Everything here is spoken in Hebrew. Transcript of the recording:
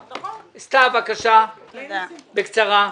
סתיו, בבקשה, בקצרה.